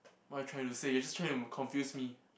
what are you trying to say you are just trying to confuse me